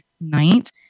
night